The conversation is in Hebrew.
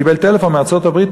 הוא קיבל טלפון מארצות-הברית,